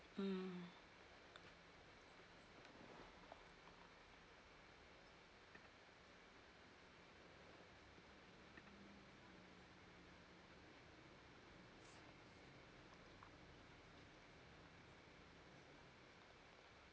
mm